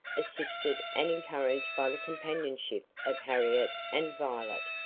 assisted and encouraged by the companionship of harriet and violet,